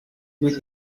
with